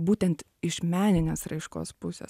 būtent iš meninės raiškos pusės